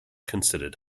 considered